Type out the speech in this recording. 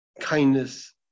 kindness